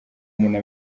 muntu